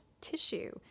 tissue